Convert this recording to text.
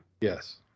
Yes